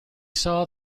saw